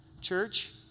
Church